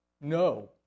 No